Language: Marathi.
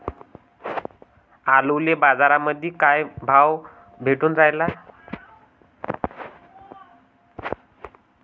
आलूले बाजारामंदी काय भाव भेटून रायला?